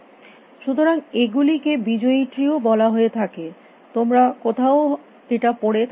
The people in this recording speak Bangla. সুতরাং এগুলিকে বিজয়ী ট্রি ও বলা হয়ে থাকে তোমরা কোথাও এটা পড়ে থাকতে পারো